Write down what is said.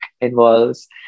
involves